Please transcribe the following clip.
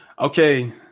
Okay